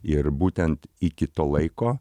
ir būtent iki to laiko